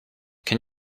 can